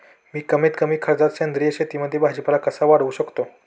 मी कमीत कमी खर्चात सेंद्रिय शेतीमध्ये भाजीपाला कसा वाढवू शकतो?